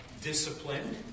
disciplined